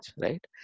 right